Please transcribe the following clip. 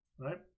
right